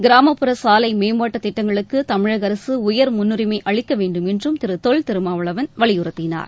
கிராமப்புற சாலை மேம்பாட்டுத் திட்டங்களுக்கு தமிழக அரசு உயர் முன்னுரிமை அளிக்க வேண்டும் என்றும் திரு தொல் திருமாவளவன் வலியுறுத்தினார்